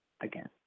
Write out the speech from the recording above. again